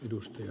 dusty